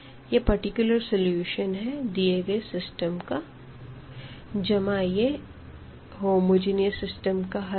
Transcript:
यह particular solution है दिए गए सिस्टम का जमा यह होमोजेनियस सिस्टम का हल है